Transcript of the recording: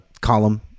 column